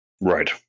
Right